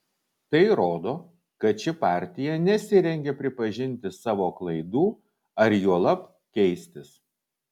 tai rodo kad ši partija nesirengia pripažinti savo klaidų ar juolab keistis